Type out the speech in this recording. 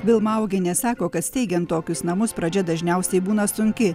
vilma augienė sako kad steigiant tokius namus pradžia dažniausiai būna sunki